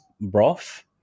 broth